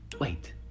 Wait